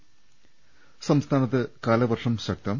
്ത് സംസ്ഥാനത്ത് കാലവർഷം ശക്തം